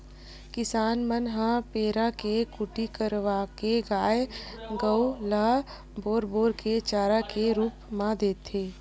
किसान मन ह पेरा के कुटी करवाके गाय गरु ल बोर बोर के चारा के रुप म देथे